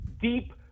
deep